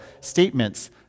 statements